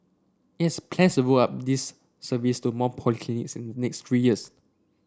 it's plans roll out this service to more polyclinics in the next three years